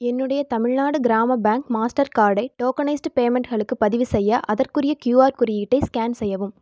என்னுடைய Tamil Nadu Grama bank master கார்டை tokenised பேமெண்ட்களுக்கு பதிவுசெய்ய அதற்குரிய க்யூஆர் குறியீட்டை ஸ்கேன் செய்யவும்